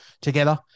together